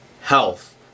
health